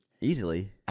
easily